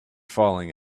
falling